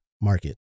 market